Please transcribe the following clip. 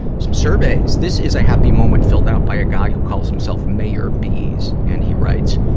some surveys. this is a happy moment filled out by a guy who calls himself mayor bees. and he writes,